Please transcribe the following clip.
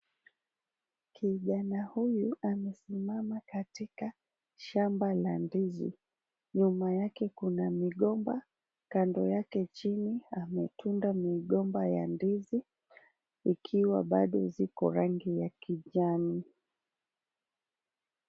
Kijana huyu amesimama katika shamba la ndizi. Nyuma yake , Kuna kuna migomba kando yake chini ametunda migomba ya ndizi ikiwa bado ziko rangi ya kijani.